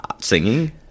Singing